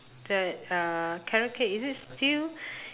that uh carrot cake is it still